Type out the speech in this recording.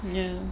ya